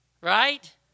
Right